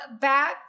back